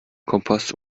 kompost